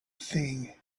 thing